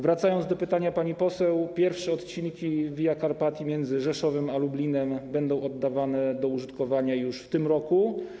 Wracając do pytania pani poseł - pierwsze odcinki Via Carpatii między Rzeszowem a Lublinem będą oddawane do użytkowania już w tym roku.